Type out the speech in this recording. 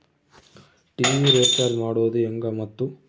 TV recharge ಮಾಡೋದು ಹೆಂಗ ಮತ್ತು?